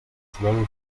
zwölf